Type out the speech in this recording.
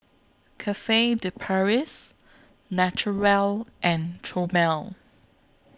Cafe De Paris Naturel and Chomel